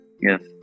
yes